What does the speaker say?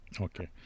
Okay